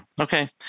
Okay